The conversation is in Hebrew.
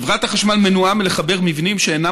חברת החשמל מנועה מלחבר מבנים שאינם